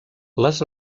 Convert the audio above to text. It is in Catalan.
les